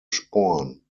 sporn